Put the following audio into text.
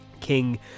King